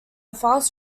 fast